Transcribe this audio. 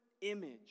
image